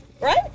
right